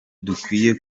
dukwiye